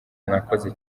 mwakoze